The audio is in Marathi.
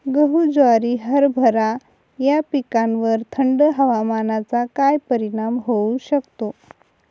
गहू, ज्वारी, हरभरा या पिकांवर थंड हवामानाचा काय परिणाम होऊ शकतो?